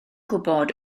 gwybod